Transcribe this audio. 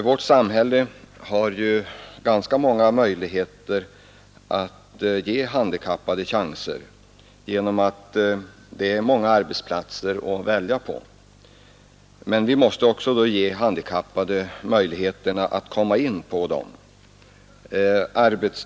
Vårt samhälle har ju ganska många möjligheter att ge handikappade chanser genom att det finns många olika arbetsplatser att välja på. Vi måste emellertid ge de handikappade tillfälle att komma in på dem.